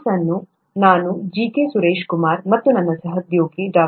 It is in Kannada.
ಕೋರ್ಸ್ ಅನ್ನು ನಾನು ಜಿ ಕೆ ಸುರೀಶ್ಕುಮಾರ್ ಮತ್ತು ನನ್ನ ಸಹೋದ್ಯೋಗಿ ಡಾ